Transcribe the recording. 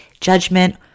judgment